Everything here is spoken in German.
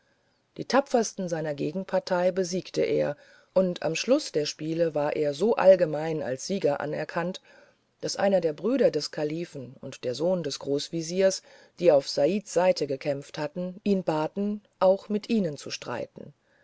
die tapfersten seiner gegenpartie besiegte er und am schluß der spiele war er so allgemein als sieger anerkannt daß einer der brüder des kalifen und der sohn des großwesirs die auf saids seite gekämpft hatten ihn baten auch mit ihnen zu streiten